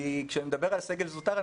כי כשאני מדבר על הסגל הזוטר,